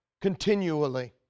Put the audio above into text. continually